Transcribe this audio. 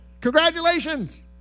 Congratulations